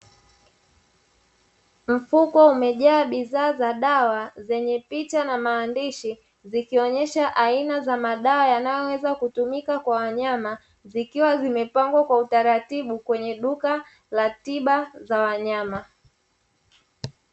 Mfuko umejaa bidhaa zenye dawa zenye picha na maandishi zikionesha aina za madawa zinazoweza kutumika kwa wanyama, zikiwa zimepangwa kwa utaratibu kwenye duka la tiba za wanyama.